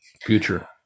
future